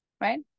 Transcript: right